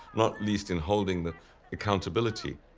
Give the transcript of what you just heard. not least in holding the accountability,